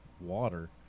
water